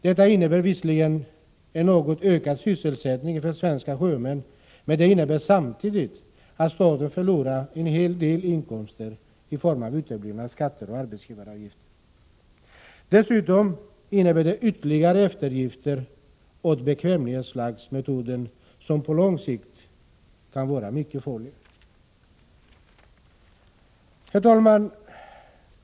Detta innebär visserligen en något ökad sysselsättning för svenska sjömän, men det innebär samtidigt att staten förlorar en hel del inkomster i form av uteblivna skatter och arbetsgivaravgifter. Dessutom innebär det ytterligare eftergifter åt bekvämlighetsflaggsmetoden som på lång sikt kan vara mycket farliga. Herr talman!